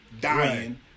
dying